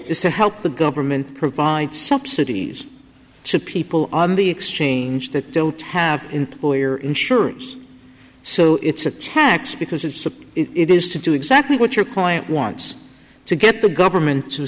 is to help the government provide subsidies to people on the exchange that don't have employer insurance so it's a tax because it's supply it is to do exactly what your client wants to get the government to